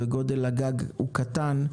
וגודל הגג הוא קטן,